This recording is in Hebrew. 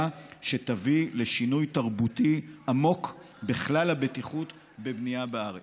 שתביא לשינוי תרבותי עמוק בכלל הבטיחות בבנייה בארץ.